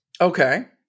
Okay